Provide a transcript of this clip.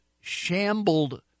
shambled